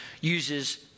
uses